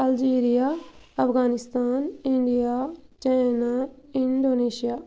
Al Jazeera Afghanistan India China Indonesia